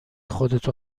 خودتو